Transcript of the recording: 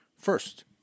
First